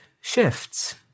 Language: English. shifts